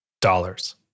dollars